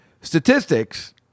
statistics